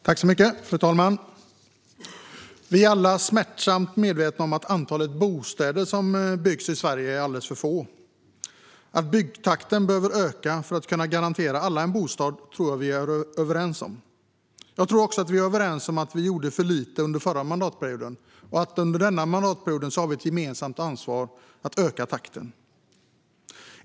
Fru talman! Vi är alla smärtsamt medvetna om att antalet bostäder som byggs i Sverige är för litet. Att byggtakten behöver öka för att kunna garantera alla en bostad tror jag att vi är överens om. Jag tror också att vi är överens om att vi gjorde för lite under förra mandatperioden och att vi under denna mandatperiod har ett gemensamt ansvar att öka takten.